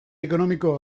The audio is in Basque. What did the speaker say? ekonomiko